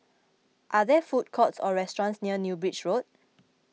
are there food courts or restaurants near New Bridge Road